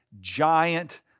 giant